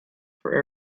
for